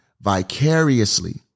vicariously